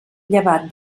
llevat